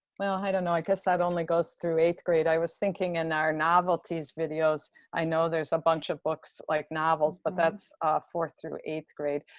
well, i don't know. i guess that only goes through eighth grade. i was thinking in our novel-ties videos i know there's a bunch of books like novels, but that's fourth through eighth grade.